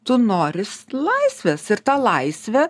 tu noris laisvės ir ta laisvė